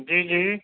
جی جی